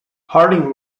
harding